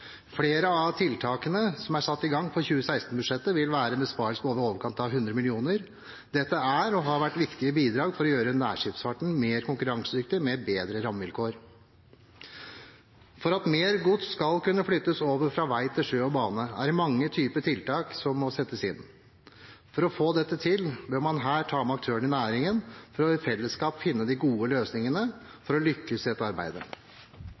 Flere av tiltakene som er satt i gang for 2016-budsjettet, vil innebære en besparelse på i overkant av 100 mill. kr. Dette er og har vært viktige bidrag for å gjøre nærskipsfarten mer konkurransedyktig med bedre rammevilkår. For at mer gods skal kunne flyttes over fra vei til sjø og bane, er det mange typer tiltak som må settes inn. For å få dette til bør man her ta med aktørene i næringen for i fellesskap å finne de gode løsningene for å lykkes i dette arbeidet.